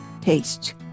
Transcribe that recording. taste